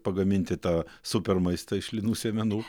pagaminti tą super maistą iš linų sėmenų